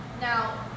Now